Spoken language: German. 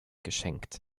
geschenkt